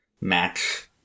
match